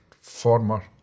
former